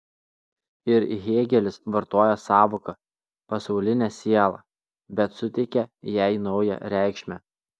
ir hėgelis vartoja sąvoką pasaulinė siela bet suteikia jai naują reikšmę